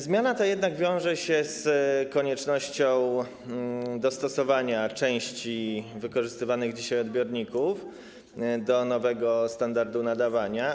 Zmiana ta jednak wiąże się z koniecznością dostosowania części wykorzystywanych dzisiaj odbiorników do nowego standardu nadawania.